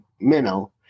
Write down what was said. minnow